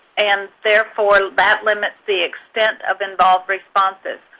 and therefore, that limits the extent of involved responses.